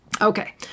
Okay